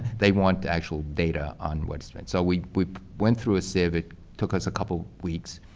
they want the actual data on what's spent. so we we went through a sieve, it took us a couple of weeks,